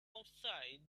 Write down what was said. outside